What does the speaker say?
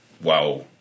Wow